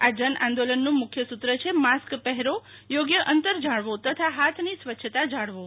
આ જન આંદોલનનું મુખ્ય સુ ત્ર છે માસ્ક પહેર યોગ્ય અંતર જાળવો તથા હાથની સ્વય્છતા જાળવો